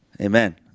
Amen